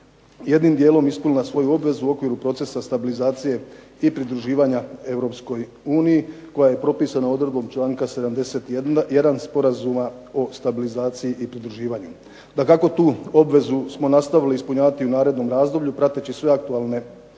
jednim dijelom ispunila svoju obvezu u okviru procesa stabilizacije i pridruživanja Europskoj uniji koja je propisana odredbom članka 71. Sporazuma o stabilizaciji i pridruživanju. Dakako, tu obvezu smo nastavili ispunjavati u narednom razdoblju prateći sve aktualnosti